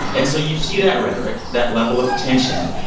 and so you see that rhetoric, that level of tension.